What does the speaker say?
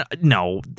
No